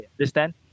understand